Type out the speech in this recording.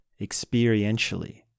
experientially